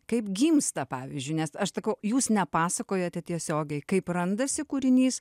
kaip gimsta pavyzdžiui nes aš sakau jūs nepasakojate tiesiogiai kaip randasi kūrinys